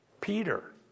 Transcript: peter